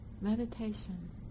Meditation